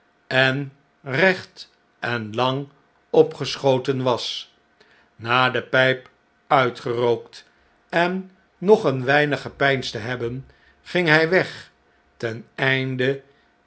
en recht en lang opgeschoten was na de pijp uitgerookt en nog een weinig gepeinsd te hebben ging hn weg ten einde